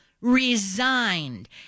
resigned